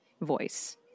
voice